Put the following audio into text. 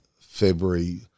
February